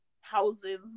houses